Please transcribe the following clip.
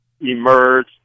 emerge